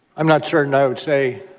i'm not sure and i would say.